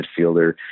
midfielder